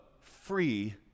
free